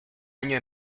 año